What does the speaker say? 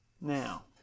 Now